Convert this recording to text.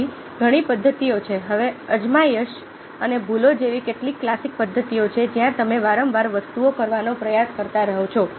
બીજી ઘણી પદ્ધતિઓ છે હવે અજમાયશ અને ભૂલ જેવી કેટલીક ક્લાસિક પદ્ધતિઓ છે જ્યાં તમે વારંવાર વસ્તુઓ કરવાનો પ્રયાસ કરતા રહો છો